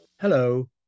Hello